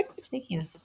sneakiness